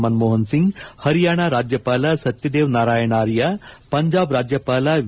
ಮನಮೋಹನ್ ಸಿಂಗ್ ಹರಿಯಾಣ ರಾಜ್ಯಪಾಲ ಸತ್ವದೇವ ನಾರಾಯಣ್ ಆರ್ಯ ಪಂಜಾಬ್ ರಾಜ್ಯಪಾಲ ವಿ